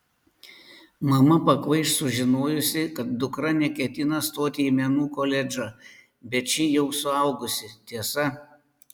mama pakvaiš sužinojusi kad dukra neketina stoti į menų koledžą bet ši jau suaugusi tiesa